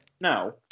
No